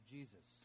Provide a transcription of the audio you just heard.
Jesus